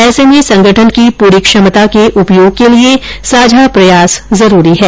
ऐसे में संगठन की पूरी क्षमता के उपयोग के लिए साझा प्रयास जरूरी है